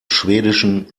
schwedischen